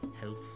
health